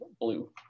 blue